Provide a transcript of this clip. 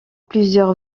plusieurs